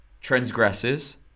transgresses